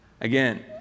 Again